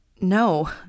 No